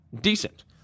decent